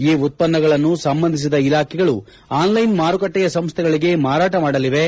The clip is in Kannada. ಈ ಉತ್ಪನ್ನಗಳನ್ನು ಸಂಬಂಧಿಸಿದ ಇಲಾಖೆಗಳು ಆನ್ ಲೈನ್ ಮಾರುಕಟ್ಟೆಯ ಸಂಸ್ಥೆಗಳಿಗೆ ಮಾರಾಟ ಮಾಡಲಿವೆ